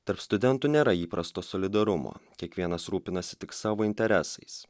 tarp studentų nėra įprasto solidarumo kiekvienas rūpinasi tik savo interesais